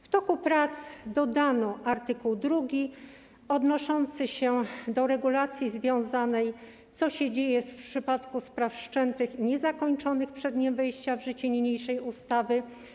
W toku prac dodano art. 2 odnoszący się do regulacji związanej z tym, co się dzieje w przypadku spraw wszczętych i niezakończonych przed dniem wejścia w życie niniejszej ustawy.